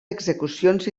execucions